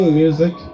music